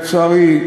לצערי,